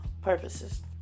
purposes